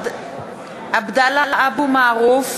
(קוראת בשמות